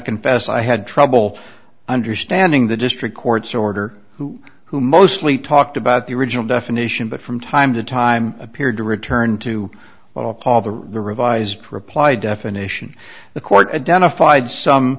confess i had trouble understanding the district court's order who who mostly talked about the original definition but from time to time appeared to return to what i'll call the revised reply definition the court identified some